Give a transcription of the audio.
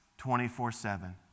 24-7